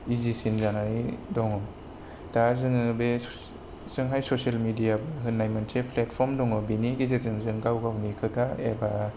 इजिसिन जानानै दङ दा जोङो बे जोंहाय ससियेल मिडिया होननाय प्लेतफर्म दङ बेनि गेजेरजों जों गाव गावनि खोथा एबा